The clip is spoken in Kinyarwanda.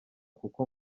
kuko